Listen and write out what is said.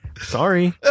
Sorry